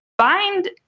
find